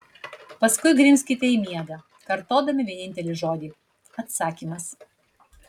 paskui grimzkite į miegą kartodami vienintelį žodį atsakymas